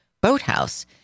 boathouse